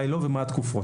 מה לא ומה התקופות.